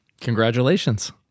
Congratulations